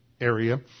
area